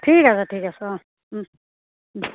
ঠিক আছে ঠিক আছে অঁ